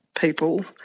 people